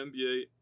NBA